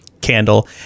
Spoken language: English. candle